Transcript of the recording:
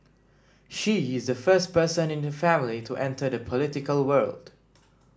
she is the first person in her family to enter the political world